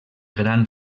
gran